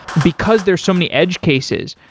because there's so many edge cases,